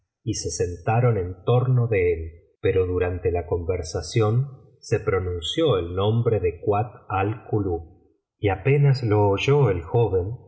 y se sentaron en torno de él pero durante la conversación se pronunció el nombre de kuat al kulub y apenas lo oyó el joven